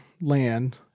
land